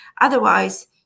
otherwise